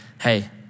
hey